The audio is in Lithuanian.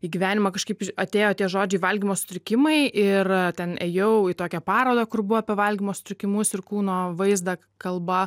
į gyvenimą kažkaip atėjo tie žodžiai valgymo sutrikimai ir ten ėjau į tokią parodą kur buvo apie valgymo sutrikimus ir kūno vaizdą kalba